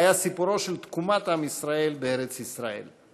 היה סיפורה של תקומת עם ישראל בארץ ישראל.